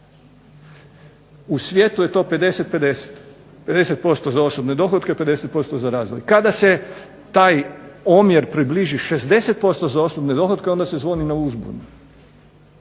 U svijetu je to 50, 50. 50% za osobne dohotke, 50% za razvoj. Kada se taj omjer približi 60% za osobne dohotke onda se zvoni na uzbunu.